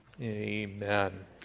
amen